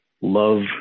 love